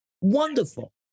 Wonderful